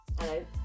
Hello